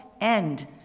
end